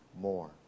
more